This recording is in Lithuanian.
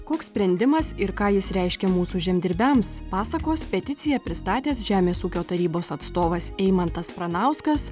koks sprendimas ir ką jis reiškia mūsų žemdirbiams pasakos peticiją pristatęs žemės ūkio tarybos atstovas eimantas pranauskas